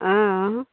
অঁ